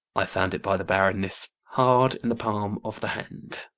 i found it by the barrenness, hard in the palm of the hand.